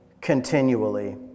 continually